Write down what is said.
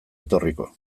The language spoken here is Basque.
etorriko